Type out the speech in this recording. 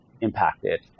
impacted